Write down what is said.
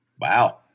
Wow